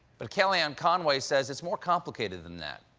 but kellyanne conway says it's more complicated than that.